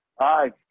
Hi